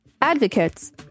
Advocates